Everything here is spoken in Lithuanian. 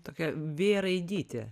tokia vė raidytė